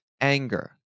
anger